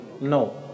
no